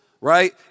right